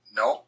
no